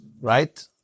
Right